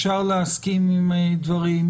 אפשר להסכים עם דברים,